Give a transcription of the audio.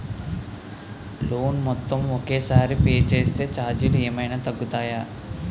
Loan మొత్తం ఒకే సారి పే చేస్తే ఛార్జీలు ఏమైనా తగ్గుతాయా?